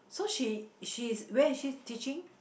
so she she is where is she teaching